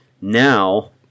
Now